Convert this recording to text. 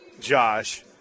Josh